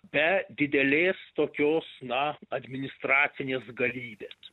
be didelės tokios na administracinės galybės